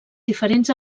diferents